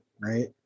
right